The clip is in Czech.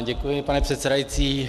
Děkuji, pane předsedající.